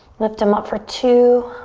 lift em up for two.